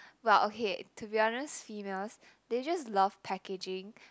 but okay to be honest females they just love packaging